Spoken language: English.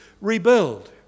rebuild